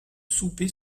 souper